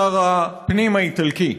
שר הפנים האיטלקי.